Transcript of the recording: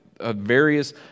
various